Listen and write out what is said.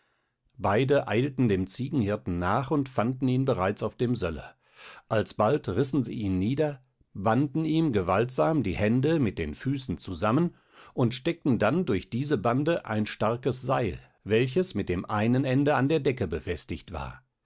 beide eilten dem ziegenhirten nach und fanden ihn bereits auf dem söller alsbald rissen sie ihn nieder banden ihm gewaltsam die hände mit den füßen zusammen und steckten dann durch diese bande ein starkes seil welches mit dem einen ende an der decke befestigt war